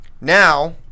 Now